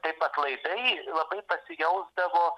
taip atlaidai labai pasijausdavo